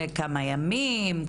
כמה ימים,